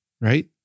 right